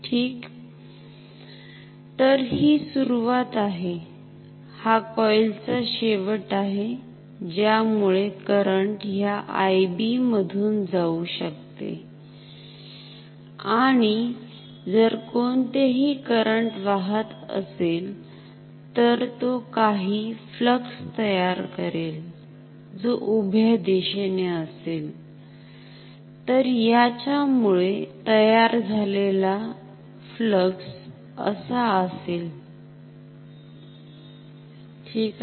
ठीक आहे तर हि सुरुवात आहे हा कॉईल चा शेवट आहे ज्यामुळे करंट ह्या IB मधुन जाऊ शकते आणि जर कोणतेही करंट वाहत असेल तर तो काही फ्लक्स तयार करेल जो उभ्या दिशेने असेल तर याच्यामुळे तयार झालेला फ्लक्स असा असेल ठीक आहे